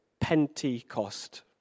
Pentecost